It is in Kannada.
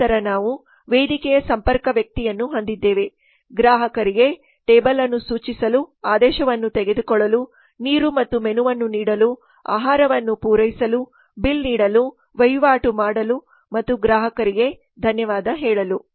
ನಂತರ ನಾವು ವೇದಿಕೆಯ ಸಂಪರ್ಕ ವ್ಯಕ್ತಿಯನ್ನು ಹೊಂದಿದ್ದೇವೆ ಗ್ರಾಹಕರಿಗೆ ಟೇಬಲ್ ಅನ್ನು ಸೂಚಿಸಲು ಆದೇಶವನ್ನು ತೆಗೆದುಕೊಳ್ಳಲು ನೀರು ಮತ್ತು ಮೆನುವನ್ನು ನೀಡಲು ಆಹಾರವನ್ನು ಪೂರೈಸಲು ಬಿಲ್ ನೀಡಲು ವಹಿವಾಟು ಮಾಡಲು ಮತ್ತು ಗ್ರಾಹಕರಿಗೆ ಧನ್ಯವಾದ ಹೇಳಲು